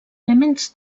elements